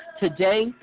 today